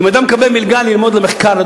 אם אדם מקבל מלגה ללמוד למחקר,